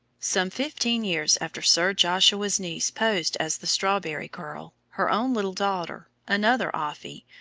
some fifteen years after sir joshua's niece posed as the strawberry girl, her own little daughter, another offy,